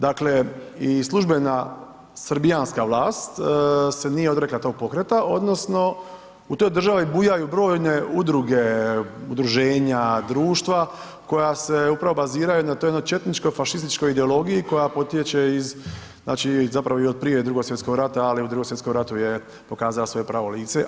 Dakle i službena srbijanska vlast se nije odrekla tog pokreta, odnosno u toj državi bujaju brojne udruge, udruženja, društva koja se upravo baziraju na toj jednoj četničkoj, fašističkoj ideologiji koja potječe iz, znači zapravo i od prije Drugog svjetskog rata ali u Drugom svjetskom ratu je pokazala svoje pravo lice.